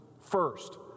First